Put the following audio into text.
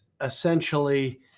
essentially